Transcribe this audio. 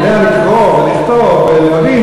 ואני יודע לקרוא ולכתוב ולהבין,